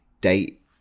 date